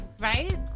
right